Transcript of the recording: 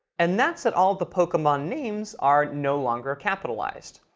and that's it. all the pokemon names are no longer capitalized.